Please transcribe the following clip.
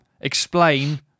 explain